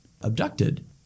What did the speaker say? abducted